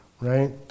right